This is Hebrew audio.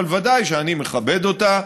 אבל ודאי שאני מכבד אותה,